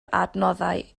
adnoddau